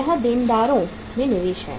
यह देनदारों में निवेश है